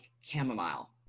chamomile